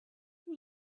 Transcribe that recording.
who